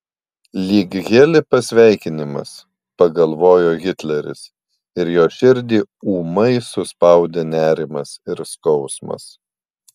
lyg heli pasveikinimas pagalvojo hitleris ir jo širdį ūmai suspaudė nerimas ir skausmas